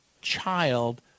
child